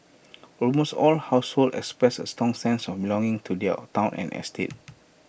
almost all household expressed A strong sense of belonging to their Town and estate